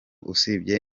usibye